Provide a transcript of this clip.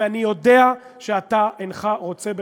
ואני יודע שאתה אינך רוצה בכך,